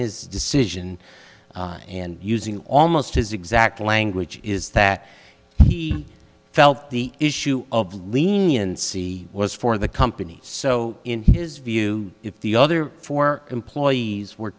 his decision and using almost his exact language is that he felt the issue of leniency was for the company so in his view if the other four employees were